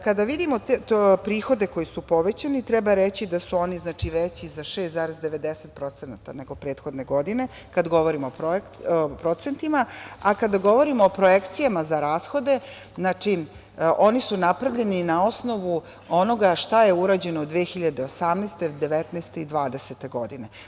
Kada vidimo prihode koji su povećani, treba reći da su oni veći za 6,90% nego prethodne godine, kada govorimo o procentima, a kada govorimo o projekcijama za rashode oni su napravljeni na osnovu onoga šta je uređeno 2018, 2019. i 2020. godine.